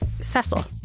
Cecil